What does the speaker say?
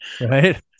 Right